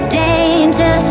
danger